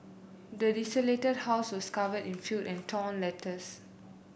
the desolated house was covered in filth and torn letters